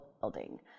building